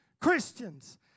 Christians